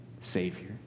Savior